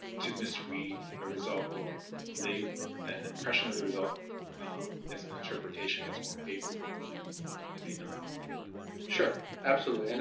to misread a result or leave an impression of the result as an interpretation that's more favorable when it may not be. wong sure. absolutely. and